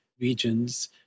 regions